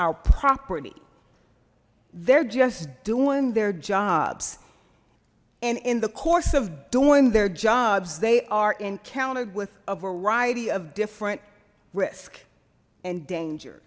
our property they're just doing their jobs and in the course of doing their jobs they are encountered with a variety of different risk and danger